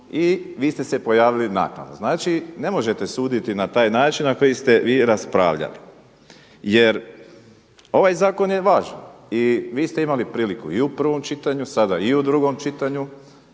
I vi ste se pojavili naknadno. Znači, ne možete suditi na taj način na koji ste vi raspravljali, jer ovaj zakon je vaš i vi ste imali priliku i u prvom čitanju, sada i u drugom čitanju